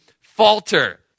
falter